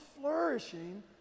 flourishing